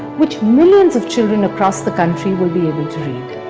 which millions of children across the country will be able to read.